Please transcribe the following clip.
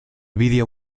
video